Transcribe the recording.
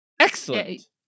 Excellent